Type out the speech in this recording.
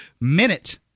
minute